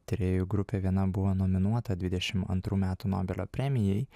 tyrėjų grupė viena buvo nominuota dvidešim antrų metų nobelio premijai